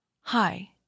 Hi